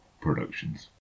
Productions